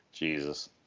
Jesus